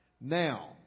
Now